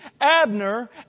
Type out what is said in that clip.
Abner